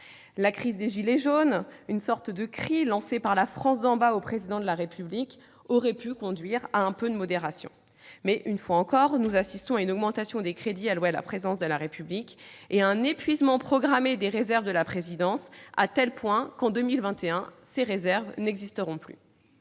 La crise des « gilets jaunes », sorte de cri lancé par la France d'en bas au Président de la République, aurait pu conduire à un peu de modération. Une fois encore, nous assistons à une augmentation des crédits alloués à la présidence de la République et à un épuisement programmé de ses réserves, au point qu'en 2021 celles-ci n'existeront plus.